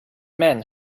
men